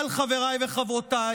אבל, חבריי וחברותיי,